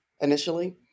initially